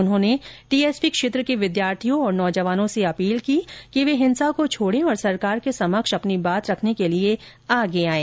उन्होंने टीएसपी क्षेत्र के विद्यार्थियों एवं नौजवानों से अपील की है कि वे हिंसा को छोडें और सरकार के समक्ष अपनी बात रखने के लिए आगे आएं